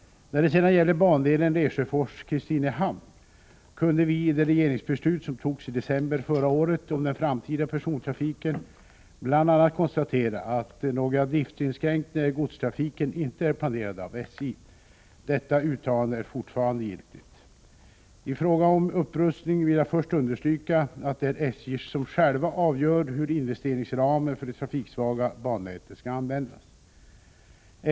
När det sedan gäller bandelen Lesjöfors-Kristinehamn kunde vi i det regeringsbeslut som togs i december förra året om den framtida persontrafiken bl.a. konstatera att några driftsinskränkningar i godstrafiken inte är planerade av SJ. Detta uttalande är fortfarande giltigt. I fråga om upprustning vill jag först understryka att det är SJ som självt avgör hur investeringsramen för det trafiksvaga bannätet skall användas.